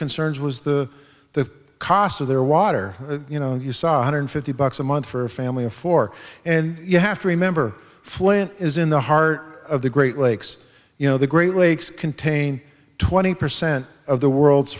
concerns was the the cost of their water you know you saw one hundred fifty bucks a month for a family of four and you have to remember flint is in the heart of the great lakes you know the great lakes contain twenty percent of the world's